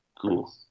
Cool